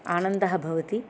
आनन्दः भवति